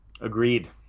Agreed